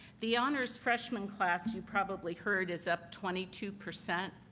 the honors freshmen class, you've probably heard, is up twenty two percent.